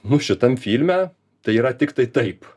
nu šitam filme tai yra tiktai taip